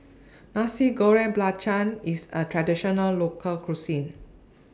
Nasi Goreng Belacan IS A Traditional Local Cuisine